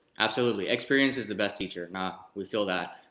absolutely, experience is the best teacher, no, we feel that.